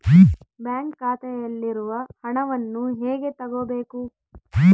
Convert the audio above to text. Bank ಖಾತೆಯಲ್ಲಿರುವ ಹಣವನ್ನು ಹೇಗೆ ತಗೋಬೇಕು?